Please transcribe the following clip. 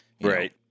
right